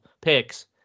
picks